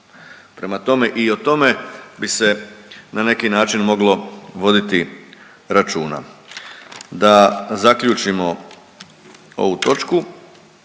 Prema tome i o tome bi se na neki način moglo voditi računa. Da zaključimo ovu točku.